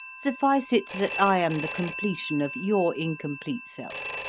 suffice it that i am the completion of your incomplete self.